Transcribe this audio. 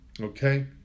Okay